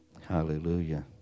hallelujah